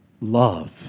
love